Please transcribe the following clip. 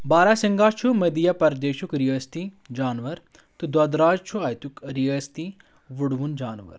باراسِنگھا چھُ مدھیہ پردیشُک ریٲستی جانور تہٕ دۄد راج چھُ اتیُک ریٲستی وٕڈوُن جانور